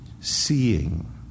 seeing